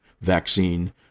vaccine